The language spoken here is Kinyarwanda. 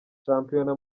shampiyona